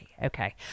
Okay